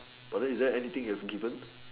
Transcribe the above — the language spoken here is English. but then is there anything you have given